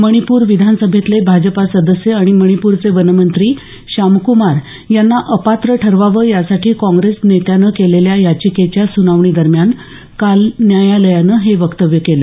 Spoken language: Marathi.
मणिपूर विधानसभेतले भाजपा सदस्य आणि मणिपूरचे वनमंत्री श्यामक्मार यांना अपात्र ठरवावं यासाठी काँग्रेस नेत्यानं केलेल्या याचिकेच्या सुनावणीदरम्यान काल न्यायालयानं हे वक्तव्य केलं